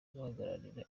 guhagararira